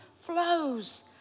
flows